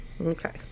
Okay